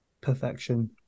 perfection